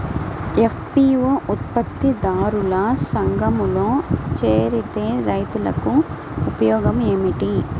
FPO ఉత్పత్తి దారుల సంఘములో చేరితే రైతులకు ఉపయోగము ఏమిటి?